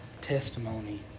testimony